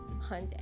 Hunt